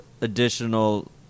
additional